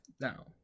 now